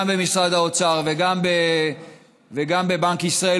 גם במשרד האוצר וגם בבנק ישראל,